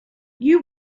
you